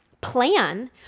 Plan